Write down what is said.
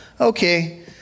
Okay